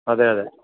അതെ അതെ